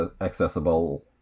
accessible